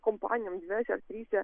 kompanijom dviese ar trise